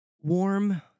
warm